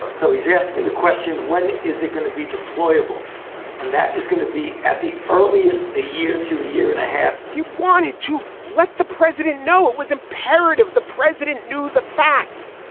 so he's asking the question, when is it going to be deployable? and that is going to be at the earliest a year to a year and a half he wanted to let the president know it was imperative the president knew the facts.